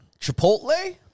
Chipotle